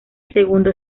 segundo